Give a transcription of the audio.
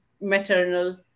maternal